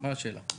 מה השאלה?